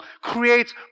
creates